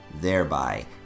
thereby